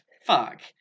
Fuck